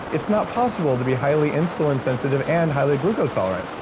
it's not possible to be highly insulin sensitive and highly glucose tolerant.